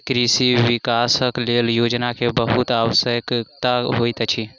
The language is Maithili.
कृषि विकासक लेल योजना के बहुत आवश्यकता होइत अछि